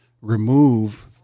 remove